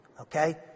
Okay